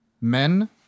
men